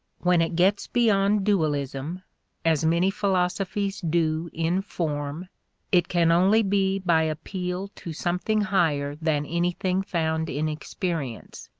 when it gets beyond dualism as many philosophies do in form it can only be by appeal to something higher than anything found in experience,